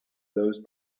those